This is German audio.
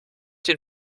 den